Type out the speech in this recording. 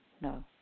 no